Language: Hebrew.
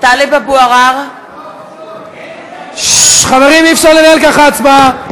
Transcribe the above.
טלב אבו עראר, חברים, אי-אפשר לנהל ככה הצבעה.